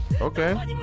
okay